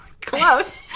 Close